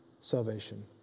salvation